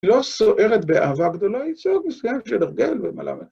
‫לא סוערת באהבה גדולה, ‫היא סוערת מסגרת של ארגן ומלאבה.